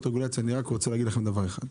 רגולציה אני רק רוצה להגיד לכם דבר אחד.